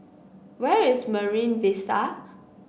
where is Marine Vista